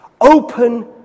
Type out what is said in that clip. Open